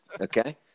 okay